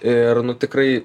ir nu tikrai